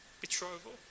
betrothal